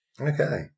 Okay